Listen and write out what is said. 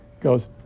goes